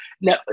now